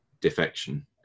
defection